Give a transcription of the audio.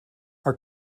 are